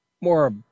more